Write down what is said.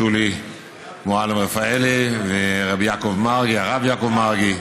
שולי מועלם-רפאלי והרב יעקב מרגי,